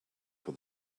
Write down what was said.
for